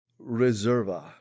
Reserva